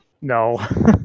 No